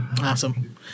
Awesome